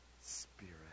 Spirit